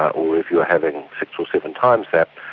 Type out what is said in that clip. or if you are having six or seven times that,